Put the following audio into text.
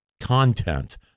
content